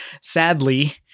Sadly